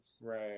Right